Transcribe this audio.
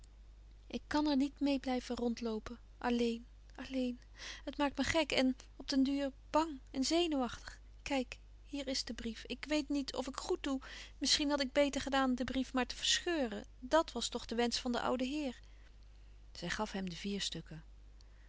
ik kàn er niet meê blijven rondloopen alleen alleen het maakt me gek en op den duur bang en zenuwachtig kijk hier is de brief ik weet niet of ik goed doe misschien had ik beter gedaan den brief maar te verscheuren dàt was toch de wensch van den ouden heer zij gaf hem de vier stukken